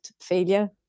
failure